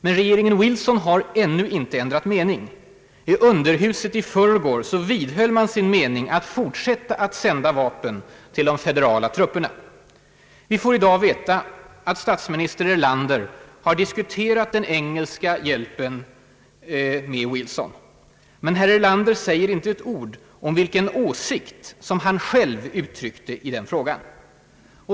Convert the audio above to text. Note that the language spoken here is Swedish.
Men regeringen Wilson har ännu inte ändrat mening. I underhuset i förrgår vidhöll man sin mening att fortsätta att sända vapen till de federala trupperna. Vi får i dag veta att statsminister Erlander har diskuterat den engelska hjälpen med Wilson. Men herr Erlander säger inte ett ord om vilken åsikt som han själv uttryckte i den frågan.